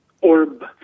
orb